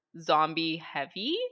zombie-heavy